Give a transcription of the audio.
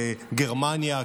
גרמניה,